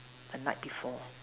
a night before